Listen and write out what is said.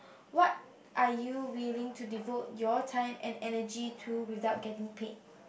what are you willing to devote your time and energy to without getting paid